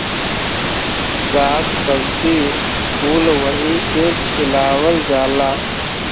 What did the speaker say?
शाक सब्जी कुल वही के खियावल जाला